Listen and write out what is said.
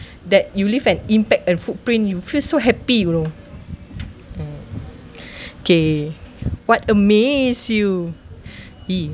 that you leave an impact and footprint you feel so happy you know mm okay what amaze you